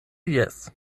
jes